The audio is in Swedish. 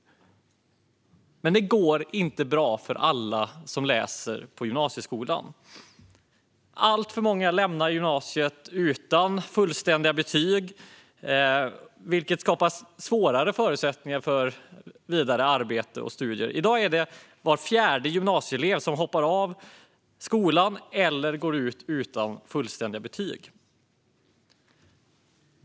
Men det går inte bra för alla som läser på gymnasieskolan. Alltför många lämnar gymnasiet utan fullständiga betyg, vilket skapar sämre förutsättningar för arbete och vidare studier. I dag är det var fjärde gymnasieelev som hoppar av skolan eller går ut utan fullständiga betyg.